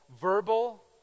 verbal